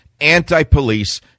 anti-police